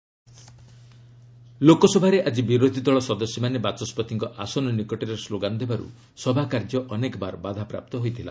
LS protest ଲୋକସଭାରେ ଆଜି ବିରୋଧି ଦଳ ସଦସ୍ୟମାନେ ବାଚସ୍କତିଙ୍କ ଆସନ ନିକଟରେ ସ୍କୋଗାନ ଦେବାରୁ ସଭାକାର୍ଯ୍ୟ ଅନେକବାର ବାଧାପ୍ରାପ୍ତ ହୋଇଥିଲା